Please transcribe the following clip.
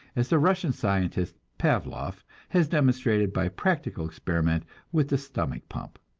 as the russian scientist pavlov has demonstrated by practical experiment with the stomach-pump.